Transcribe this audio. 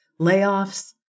layoffs